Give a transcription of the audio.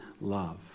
love